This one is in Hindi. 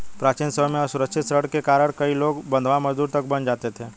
प्राचीन समय में असुरक्षित ऋण के कारण कई लोग बंधवा मजदूर तक बन जाते थे